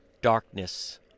darkness